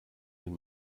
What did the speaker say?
den